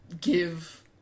give